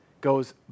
goes